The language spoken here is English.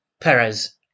Perez